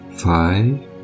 Five